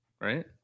Right